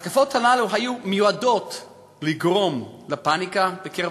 ההתקפות האלה היו מיועדות לגרום לפניקה בקרב